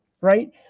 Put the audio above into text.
right